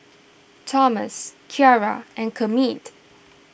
Tomas Kiara and Kermit